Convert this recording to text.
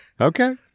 Okay